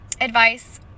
advice